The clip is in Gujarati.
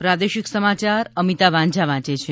પ્રાદેશિક સમાચાર અમિતા વાંઝા વાંચે છે